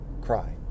Cry